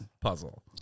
puzzle